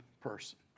person